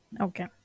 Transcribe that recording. okay